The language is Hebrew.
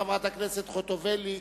חברת הכנסת חוטובלי,